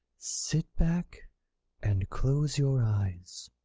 sit back and close your eyes.